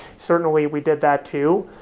certainly, we did that too.